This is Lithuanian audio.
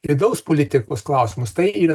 vidaus politikos klausimus tai yra